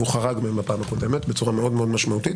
והוא חרג מהם בפעם הקודמת בצורה מאוד משמעותית.